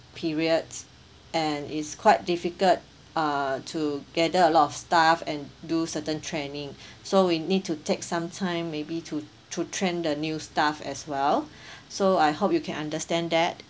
periods and is quite difficult uh to gather a lot of staff and do certain training so we need to take some time maybe to to train the new staff as well so I hope you can understand that